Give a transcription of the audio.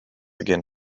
again